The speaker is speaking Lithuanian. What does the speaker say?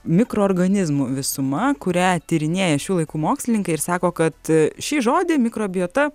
mikroorganizmų visuma kurią tyrinėja šių laikų mokslininkai ir sako kad šį žodį mikrobiota